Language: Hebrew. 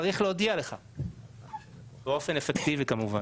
צריך להודיע לך באופן אפקטיבי כמובן.